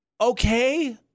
okay